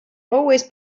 always